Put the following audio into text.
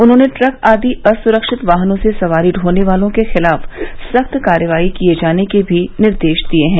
उन्होंने ट्रक आदि असुरक्षित वाहनों से सवारी ढोने वालों के खिलाफ सख्त कार्रवाई किए जाने के निर्देश भी दिए हैं